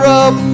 up